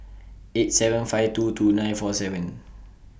eight seven five two two nine four seven